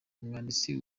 umwanditsi